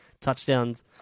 touchdowns